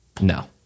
no